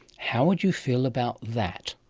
how would you feel about that?